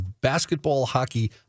basketball-hockey